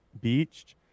beached